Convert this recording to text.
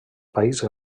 país